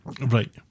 right